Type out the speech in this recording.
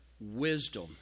wisdom